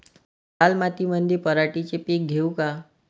लाल मातीमंदी पराटीचे पीक घेऊ का?